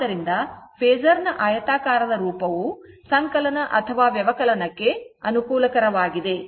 ಆದ್ದರಿಂದ ಫೇಸರ್ ನ ಆಯತಾಕಾರದ ರೂಪವು ಸಂಕಲನ ಅಥವಾ ವ್ಯವಕಲನಕ್ಕೆ ಅನುಕೂಲಕರವಾಗಿದೆ